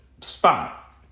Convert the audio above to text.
spot